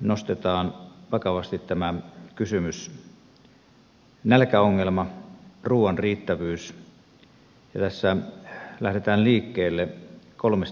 nostetaan vakavasti tämä kysymys nälkäongelma ruuan riittävyys ja tässä lähdetään liikkeelle kolmesta luvusta